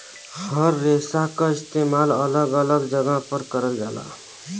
हर रेसा क इस्तेमाल अलग अलग जगह पर करल जाला